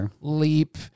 leap